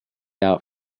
out